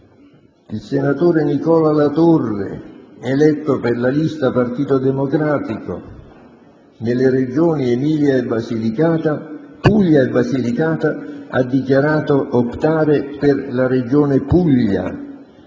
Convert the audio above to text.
il senatore Nicola Latorre, eletto per la lista "Partito Democratico" nelle Regioni Puglia e Basilicata, ha dichiarato di optare per la Regione Puglia;